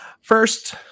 first